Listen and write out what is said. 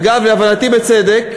אגב, להבנתי בצדק,